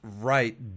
right